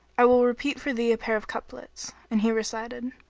i will repeat for thee a pair of couplets and he recited,